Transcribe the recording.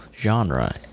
genre